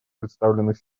представленных